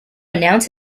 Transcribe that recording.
announce